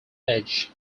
edge